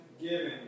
giving